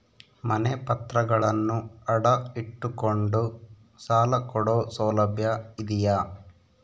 ಮನೆ ಪತ್ರಗಳನ್ನು ಅಡ ಇಟ್ಟು ಕೊಂಡು ಸಾಲ ಕೊಡೋ ಸೌಲಭ್ಯ ಇದಿಯಾ?